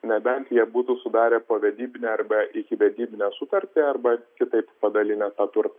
nebent jie būtų sudarę povedybinę arba ikivedybinę sutartį arba kitaip padalinę tą turtą